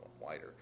wider